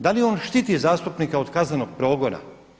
Da li on štiti zastupnika od kaznenog progona?